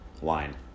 Wine